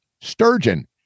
sturgeon